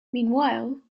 meanwhile